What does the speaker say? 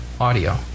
audio